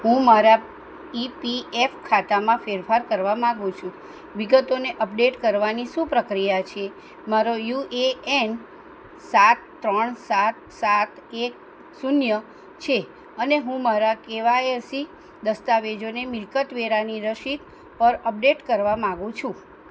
હું મારા ઇપીએફ ખાતામાં ફેરફાર કરવા માગું છું વિગતોને અપડેટ કરવાની શું પ્રક્રિયા છે મારો યુએએન સાત ત્રણ સાત સાત એક શૂન્ય છે અને હું મારા કેવાયસી દસ્તાવેજોને મિલકત વેરાની રસીદ પર અપડેટ કરવા માગું છું